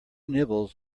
nibbles